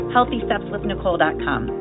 HealthyStepsWithNicole.com